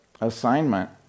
assignment